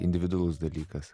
individualus dalykas